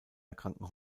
erkranken